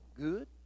Good